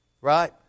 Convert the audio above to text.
right